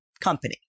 company